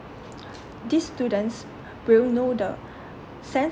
these students will know the sense